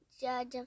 judge